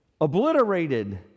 obliterated